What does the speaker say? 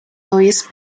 louis